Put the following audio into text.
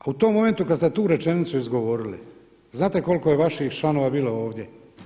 U tom momentu kad ste tu rečenicu izgovorili, znate koliko je vaših članova bilo ovdje?